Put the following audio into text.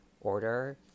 order